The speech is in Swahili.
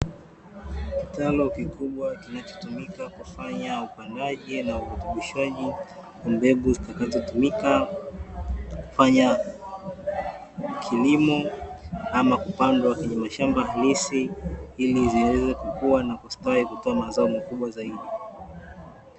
Kitalu kikubwa, kinachotumika kufanya upandaji na urutubishaji kwa mbegu zitakazotumika kufanya kilimo ama kupandwa kwenye mashamba halisi, ili ziweze kukua na kustawi, kutoa mazao makubwa zaidi.